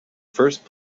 first